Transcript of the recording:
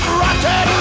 rotten